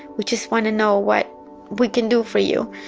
we just want to know what we can do for you.